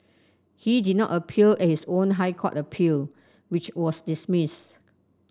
he did not appear at his own High Court appeal which was dismissed